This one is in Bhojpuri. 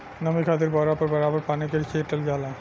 नमी खातिर बोरा पर बराबर पानी के छीटल जाला